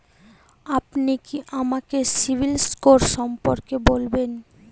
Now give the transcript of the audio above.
আপনি কি আমাকে সিবিল স্কোর সম্পর্কে বলবেন?